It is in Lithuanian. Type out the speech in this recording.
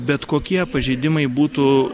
bet kokie pažeidimai būtų